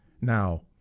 now